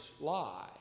lie